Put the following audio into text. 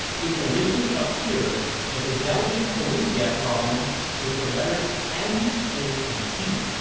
it originally appeared as a belgian olympiad problem with the letters m, a, and t.